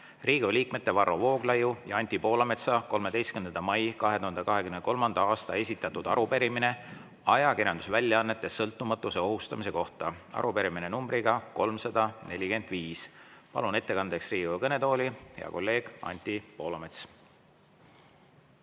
Riigikogu liikmete Varro Vooglaiu ja Anti Poolametsa 13. mail 2023. aastal esitatud arupärimine ajakirjandusväljaannete sõltumatuse ohustamise kohta, arupärimine nr 345. Palun ettekandeks Riigikogu kõnetooli hea kolleegi Anti Poolametsa.